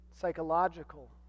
psychological